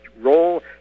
role